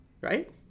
right